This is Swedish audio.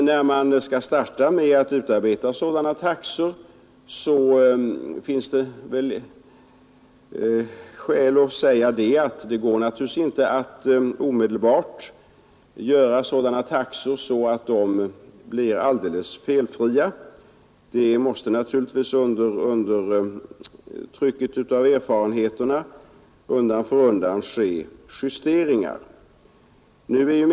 När man skall starta med att utarbeta sådana taxor finns allt skäl att säga att det inte omedelbart går att fastställa felfria sådana. Under trycket av vunna erfarenheter måste justeringar ske undan för undan.